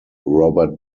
robert